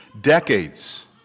Decades